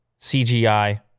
CGI